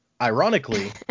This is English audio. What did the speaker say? ironically